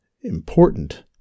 important